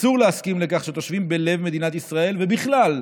אסור להסכים לכך שתושבים בלב מדינת ישראל, ובכלל,